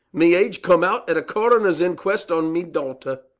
me age come out at a coroner's inquest on me daughter.